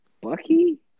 Bucky